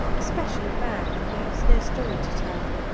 especially men who have no story to tell